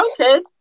Okay